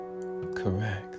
correct